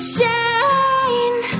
Shine